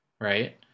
right